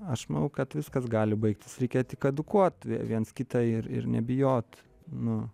aš manau kad viskas gali baigtis reikia tik edukuot viens kitą ir ir nebijot nu